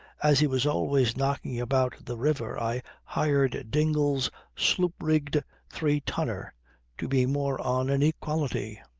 as he was always knocking about the river i hired dingle's sloop-rigged three-tonner to be more on an equality.